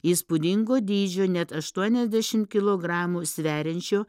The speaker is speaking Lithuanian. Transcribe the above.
įspūdingo dydžio net aštuoniasdešim kilogramų sveriančio